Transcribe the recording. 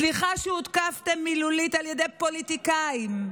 סליחה שהותקפתם מילולית על ידי פוליטיקאים,